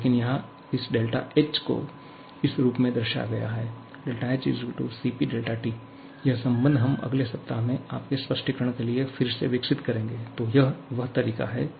लेकिन यहाँ इस Δh को इस रूप में दर्शाया गया है Δh Cp ΔT यह संबंध हम अगले सप्ताह में आपके स्पष्टीकरण के लिए फिर से विकसित करेंगे